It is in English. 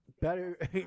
better